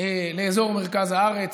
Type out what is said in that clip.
לאזור מרכז הארץ.